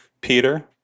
Peter